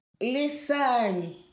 Listen